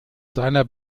seiner